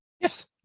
Yes